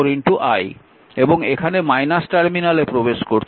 এবং এখানে টার্মিনালে প্রবেশ করছে